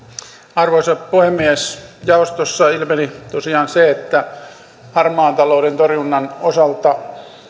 arvoisa puhemies jaostossa ilmeni tosiaan se että harmaan talouden torjunnan osalta